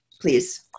please